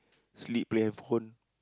sleep play handphone